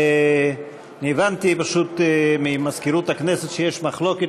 אני הבנתי פשוט ממזכירות הכנסת שיש מחלוקת